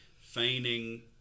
feigning